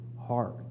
heart